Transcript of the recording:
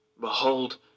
Behold